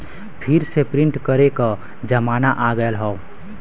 फिर से प्रिंट करे क जमाना आ गयल हौ